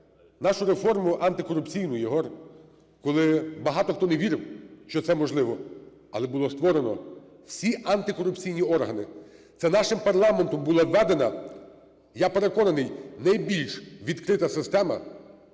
нашу реформу антикорупційну, Єгор, коли багато хто не вірив, що це можливо, але було створено всі антикорупційні органи. Це нашим парламентом була введена, я переконаний, найбільш відкрита система